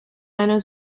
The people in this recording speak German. einer